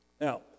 Now